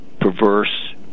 perverse